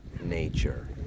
nature